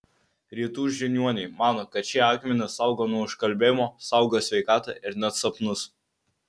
rytų žiniuoniai mano kad šie akmenys saugo nuo užkalbėjimo saugo sveikatą ir net sapnus